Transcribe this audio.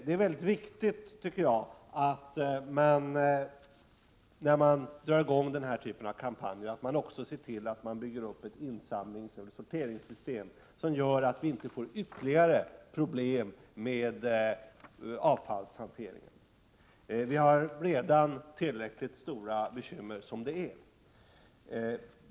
Det är väldigt viktigt att man, då man drar i gång den här typen av kampanjer, också ser till att man bygger upp ett sorteringssystem som gör att vi inte får ytterligare problem med avfallshanteringen. Vi har tillräckligt stora bekymmer som det är.